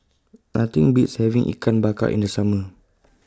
Nothing Beats having Ikan Bakar in The Summer